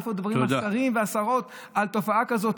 איפה דברי השרים והשרות על תופעה כזאת?